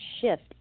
shift